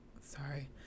Sorry